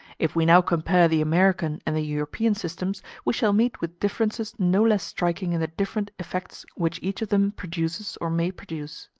if we now compare the american and the european systems, we shall meet with differences no less striking in the different effects which each of them produces or may produce.